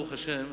ברוך השם,